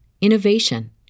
innovation